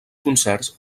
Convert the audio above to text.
concerts